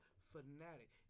fanatic